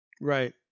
Right